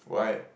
why